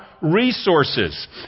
resources